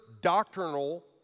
doctrinal